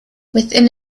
within